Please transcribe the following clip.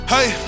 Hey